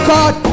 God